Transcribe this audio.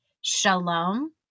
shalom